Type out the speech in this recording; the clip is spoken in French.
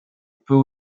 peut